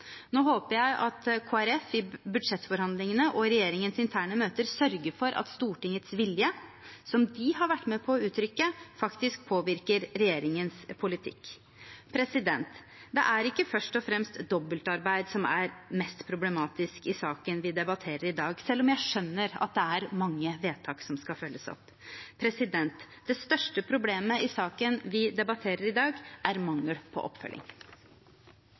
Nå håper jeg at Kristelig Folkeparti i budsjettforhandlingene og regjeringens interne møter sørger for at Stortingets vilje, som de har vært med på å uttrykke, faktisk påvirker regjeringens politikk. Det er ikke først og fremst dobbeltarbeid som er problematisk i saken vi debatterer i dag, selv om jeg skjønner at det er mange vedtak som skal følges opp. Det største problemet i saken vi debatterer i dag, er mangel på oppfølging.